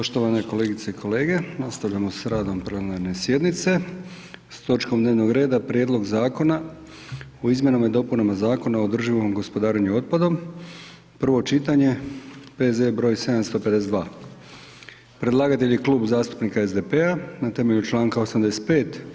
Poštovane kolegice i kolege, nastavljamo s radom plenarne sjednice s točkom dnevnog reda: - Prijedlog zakona o izmjenama i dopunama Zakona o održivom gospodarenju otpadom, prvo čitanje, P.Z. br. 752 Predlagatelj je Klub zastupnika SDP-a na temelju članka 85.